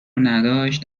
نداشت